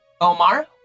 Omar